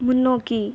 முன்னோக்கி